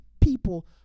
people